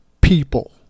people